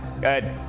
Good